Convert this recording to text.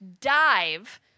dive